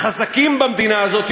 החזקים במדינה הזאת,